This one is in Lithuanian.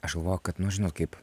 aš galvoju kad nu žinot kaip